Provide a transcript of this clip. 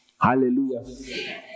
Hallelujah